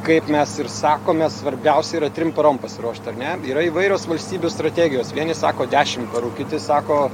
kaip mes ir sakome svarbiausia yra trim parom pasiruošt ar ne yra įvairios valstybių strategijos vieni sako dešim parų kiti sako